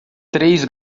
três